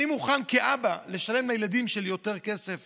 אני מוכן כאבא לשלם על הילדים שלי יותר כסף